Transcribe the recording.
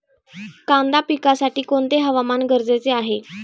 कांदा पिकासाठी कोणते हवामान गरजेचे आहे?